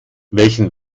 welchen